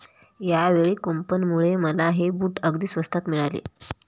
यावेळी कूपनमुळे मला हे बूट अगदी स्वस्तात मिळाले